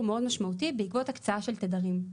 מאוד משמעותי בעקבות הקצאה של תדרים.